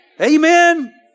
Amen